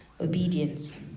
Obedience